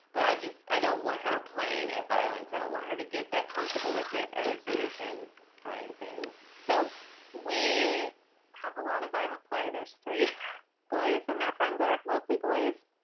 but i just i don't want her playing it violent. i don't want her to get that comfortable with it as a solution for anything so we have a lot of violent play. there's three boys and their friends are mostly boys.